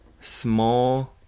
small